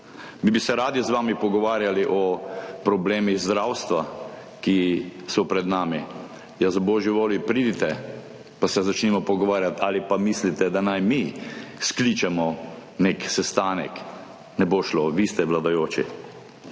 Mi bi se radi z vami pogovarjali o problemih zdravstva, ki so pred nami. Ja za božjo voljo, pridite pa se začnimo pogovarjati. Ali pa mislite, da naj mi skličemo nek sestanek? Ne bo šlo, vi ste vladajoči.